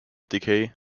decay